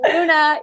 Luna